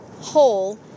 hole